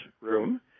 room